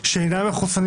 אנחנו מטה אזרחי,